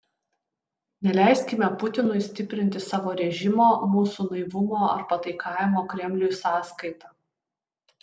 neleiskime putinui stiprinti savo režimo mūsų naivumo ar pataikavimo kremliui sąskaita